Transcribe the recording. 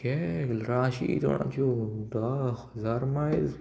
घे राशी इसवोणाच्यो धा हजार मायज